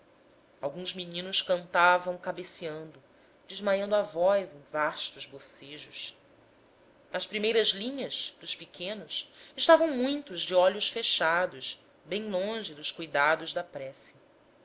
alguns meninos cantavam cabeceando desmaiando a voz em vastos bocejos nas primeiras linhas dos pequenos estavam muitos de olhos fechados bem longe dos cuidados da prece